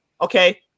Okay